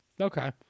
okay